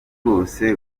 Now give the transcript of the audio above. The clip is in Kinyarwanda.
bwose